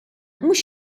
mhux